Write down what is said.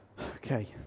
Okay